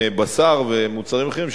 בשר ומוצרים אחרים,